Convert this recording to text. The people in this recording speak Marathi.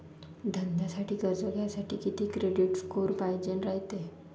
धंद्यासाठी कर्ज घ्यासाठी कितीक क्रेडिट स्कोर पायजेन रायते?